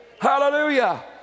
Hallelujah